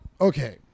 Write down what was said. okay